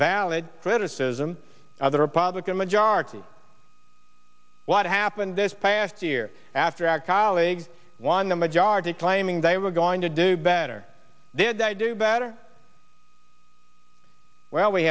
valid criticism of the republican majority what happened this past year after our colleagues won the majority claiming they were going to do better did i do better well we